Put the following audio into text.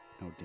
No